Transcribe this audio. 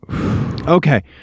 Okay